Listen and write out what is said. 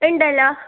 ഉണ്ടല്ലോ